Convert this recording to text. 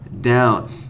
down